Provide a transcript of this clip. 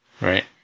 right